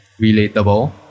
relatable